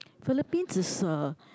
Philippines is a